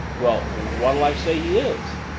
well, what'll i say he is?